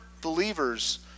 believers